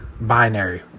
binary